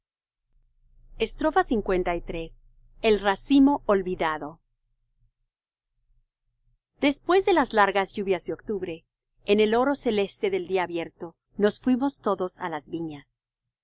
pinos en sombra liii el racimo olvidado después de las largas lluvias de octubre en el oro celeste del día abierto nos fuimos todos á las viñas